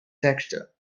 texture